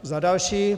Za další.